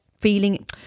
feeling